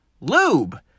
lube